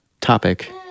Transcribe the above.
topic